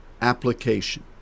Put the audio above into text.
application